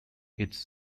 its